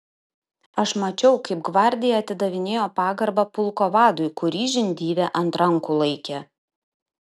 aš mačiau kaip gvardija atidavinėjo pagarbą pulko vadui kurį žindyvė ant rankų laikė